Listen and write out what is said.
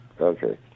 Okay